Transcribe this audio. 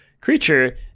creature